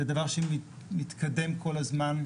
זה דבר שמתקדם כל הזמן.